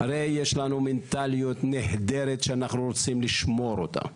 הרי יש לנו מנטאליות נהדרת שאנחנו רוצים לשמור אותה.